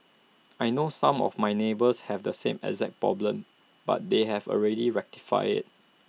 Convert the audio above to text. I know some of my neighbours have the same exact problem but they have already rectified IT